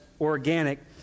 organic